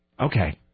Okay